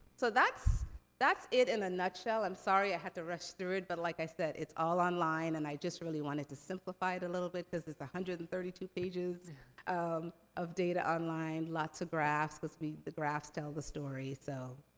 so, that's that's it in a nutshell. i'm sorry i had to rush through it, but like i said, it's all online, and i just really wanted to simplify it a little bit, because there's one hundred and thirty two pages um of data online. lots of graphs, because the graphs tell the stories. so,